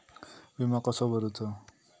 विमा कसो भरूचो?